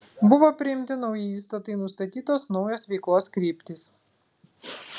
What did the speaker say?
buvo priimti nauji įstatai nustatytos naujos veiklos kryptys